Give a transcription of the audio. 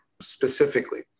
specifically